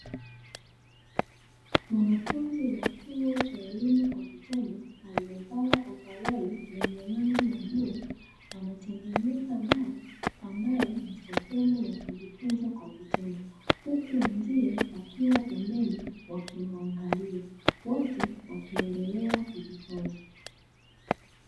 Mwanafunzi wa chuo cha elimu kwa vitendo, aliyevaa ovaroli lenye rangi ya bluu, anatengeneza gari ambayo ni sehemu ya kujifunza kwa vitendo. Huku wenzie wakiwa pembeni wakimuangalia, wote wakiendelea kujifunza.